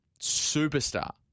superstar